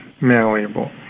malleable